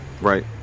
Right